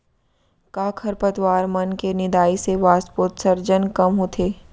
का खरपतवार मन के निंदाई से वाष्पोत्सर्जन कम होथे?